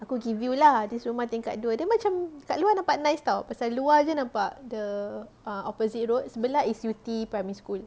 aku gi view lah this rumah tingkat dua dia macam kat luar nampak nice [tau] macam luar jer nampak the err opposite road sebelah is yew tee primary school